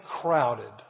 crowded